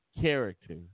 character